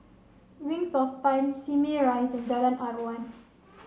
Wings of Time Simei Rise and Jalan Aruan